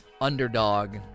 underdog